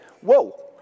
whoa